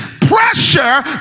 pressure